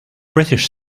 british